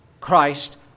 Christ